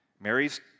Mary's